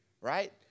right